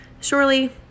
surely